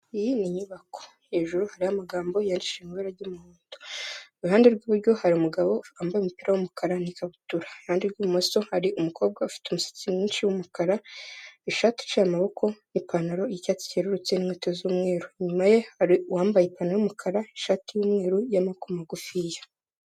Iyi ni inyubako hejuru hari amagambo yandicisha ibara ry'umuhondo iruhande rw'iburyo hari umugabo wambaye umupira w'umukara n'ikabutura. Kuruhande rw'ibumoso hari umukobwa ufite umusatsi mwinshi w'umukara ishati iciye amaboko n'ipantaro yi'icyatsi cyerurutse n'inkweto z'umweru. Inyuma hari uwambaye ipanta y'umukara ishati yumweru ya maboko magufiya.